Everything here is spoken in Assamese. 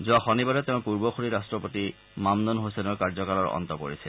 যোৱা শনিবাৰে তেওঁৰ পূৰ্বসূৰি ৰাট্টপতি মামনন ছছেইনৰ কাৰ্যকালৰ অন্ত পৰিছিল